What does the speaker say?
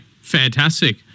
fantastic